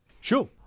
Sure